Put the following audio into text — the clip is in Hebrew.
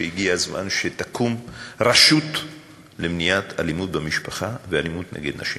שהגיע הזמן שתקום רשות למניעת אלימות במשפחה ואלימות נגד נשים.